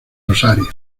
rosario